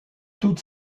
toutes